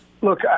look